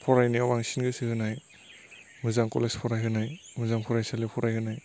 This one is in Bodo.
फरायनायाव बांसिन गोसो होनाय मोजां कलेज फरायहोनाय मोजां फरायसालियाव फरायहोनाय